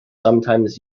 sometimes